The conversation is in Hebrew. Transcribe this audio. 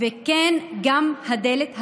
וכן, גם הדלת הפוליטית.